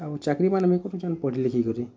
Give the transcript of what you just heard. ଆଉ ଚାକିରି ମାନେ ବି କରୁଛନ୍ ପଢ଼ି ଲିଖି କରି